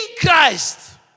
Christ